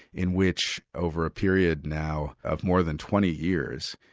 in which over a period now of more than twenty years,